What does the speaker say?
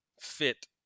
fit